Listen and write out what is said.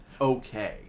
okay